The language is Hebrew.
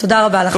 תודה רבה לכם.